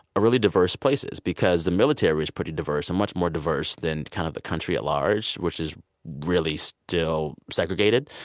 are really diverse places, because the military is pretty diverse, much more diverse than kind of the country at large, which is really still segregated.